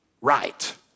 right